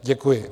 Děkuji.